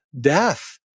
death